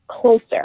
closer